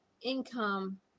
income